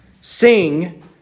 Sing